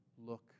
look